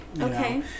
Okay